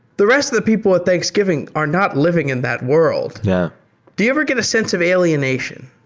the rest of the people at thanksgiving are not living in that world. yeah do you ever get a sense of alienation?